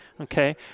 Okay